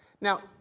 Now